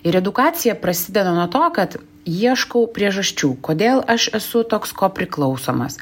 ir edukacija prasideda nuo to kad ieškau priežasčių kodėl aš esu toks ko priklausomas